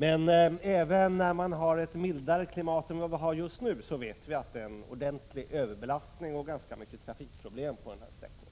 Men vi vet att även vid ett mildare klimat än det vi har just nu är det en ordentlig överbelastning och ganska mycket trafikproblem på denna sträckning.